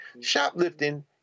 Shoplifting